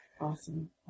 Awesome